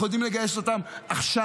אנחנו יודעים לגייס אותם עכשיו.